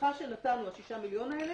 שהתמיכה שנתנו, השישה מיליון האלה,